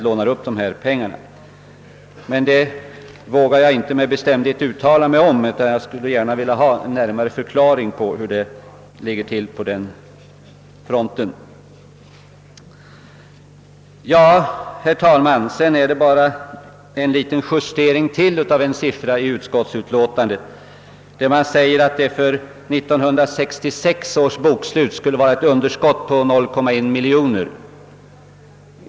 Jag vågar inte med bestämdhet uttala mig om detta, utan skulle gärna vilja ha en närmare förklaring. Herr talman! Ytterligare en justering av en siffra i utskottsutlåtandet. Där sägs att 1966 års bokslut visar ett underskott på 0,1 miljon kronor.